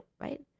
right